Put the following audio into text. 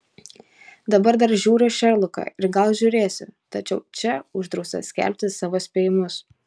dabar dar žiūriu šerloką ir gal žiūrėsiu tačiau čia uždrausta skelbti savo spėjimus